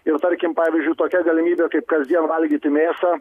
ir tarkim pavyzdžiui tokia galimybė kaip kasdien valgyti mėsą